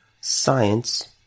science